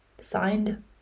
signed